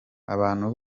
abantu